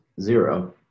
zero